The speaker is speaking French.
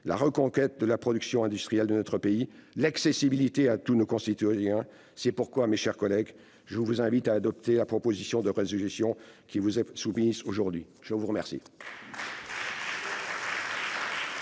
reconquérir la production industrielle de notre pays et garantir l'accessibilité à tous nos concitoyens. C'est pourquoi, mes chers collègues, je vous invite à adopter la proposition de résolution qui vous est soumise aujourd'hui. La parole